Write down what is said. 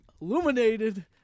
illuminated